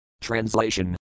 Translation